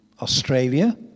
Australia